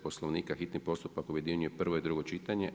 Poslovnika hitni postupak objedinjuje prvo i drugo čitanje.